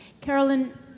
Carolyn